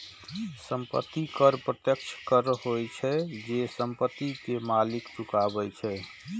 संपत्ति कर प्रत्यक्ष कर होइ छै, जे संपत्ति के मालिक चुकाबै छै